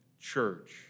church